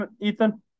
Ethan